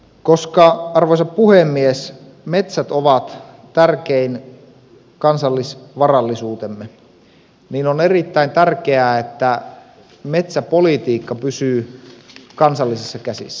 koska arvoisa puhemies metsät ovat tärkein kansallisvarallisuutemme on erittäin tärkeää että metsäpolitiikka pysyy kansallisissa käsissä